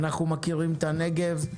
אנחנו מכירים את הנגב.